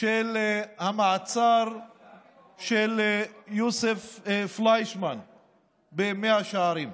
המעצר של יוסף פליישמן במאה שערים.